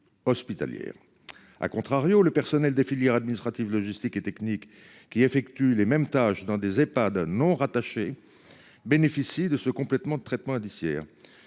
hospitalière. À contrario, le personnel des filières administratives, logistiques et techniques qui effectuent les mêmes tâches dans des Ehpads non rattachés bénéficient de ce complètement de traitement indiciaire.